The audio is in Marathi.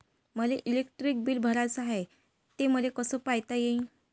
मले इलेक्ट्रिक बिल भराचं हाय, ते मले कस पायता येईन?